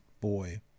Boy